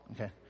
Okay